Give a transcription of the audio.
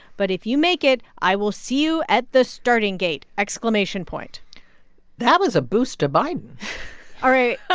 but if you make it, i will see you at the starting gate, exclamation point that was a boost to biden all right.